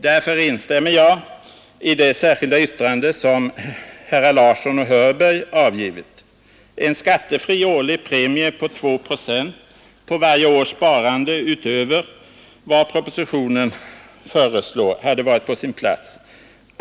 Därför instämmer jag i det särskilda yttrande som herrar Larsson i Umeå och Hörberg har avgivit i anslutning till skatteutskottets betänkande. En skattefri årlig premie på 2 procent av varje års sparande utöver vad propositionen föreslår hade varit på sin plats.